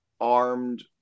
armed